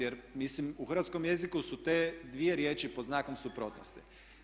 Jer mislim u hrvatskom jeziku su te dvije riječi pod znakom suprotnosti.